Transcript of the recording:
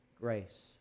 grace